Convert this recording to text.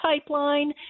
pipeline